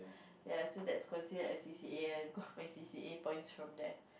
ya so that's considered as C_C_A and I got my C_C_A points from there